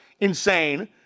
insane